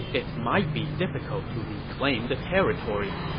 it might be difficult to reclaim the territory.